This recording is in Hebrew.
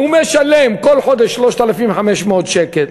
הוא משלם כל חודש 3,500 שקל